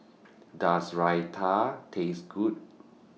Does Raita Taste Good